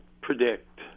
predict